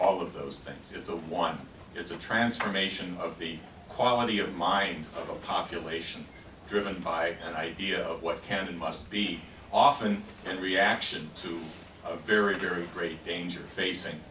all of those things it's a want is a transformation of the quality of mind of a population driven by an idea of what can and must be often and reaction to a very very great danger facing